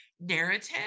narrative